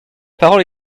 parole